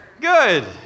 Good